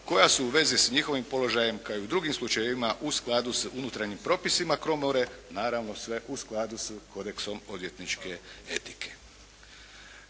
koja su u vezi sa njihovim položajem kao i u drugim slučajevima u skladu sa unutarnjim propisima komore, naravno sve u skladu sa kodeksom odvjetničke etike.